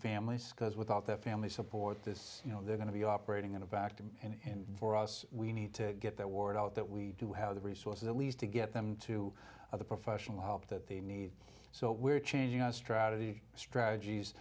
families because without their family support this you know they're going to be operating in a vacuum in for us we need to get that word out that we do have the resources at least to get them to the professional help that they need so we're changing our strategy strategies